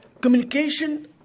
communication